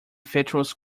fatuous